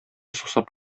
сусап